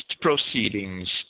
proceedings